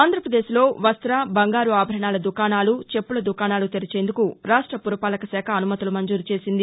ఆంధ్రప్రదేశ్లో వస్త బంగారు ఆభరణాల దుకాణాలు చెప్పుల దుకాణాలు తెరిచేందుకు రాష్ట పురపాలక శాఖ అనుమతులు మంజూరు చేసింది